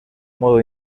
modo